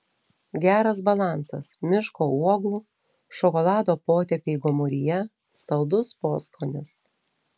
geras balansas miško uogų šokolado potėpiai gomuryje saldus poskonis